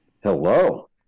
Hello